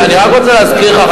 אני רק רוצה להזכיר לך,